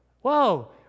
Whoa